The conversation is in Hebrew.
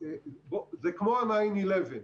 זה כמו ה-Nine Eleven.